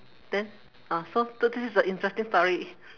then uh so so this is the interesting story